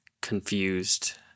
confused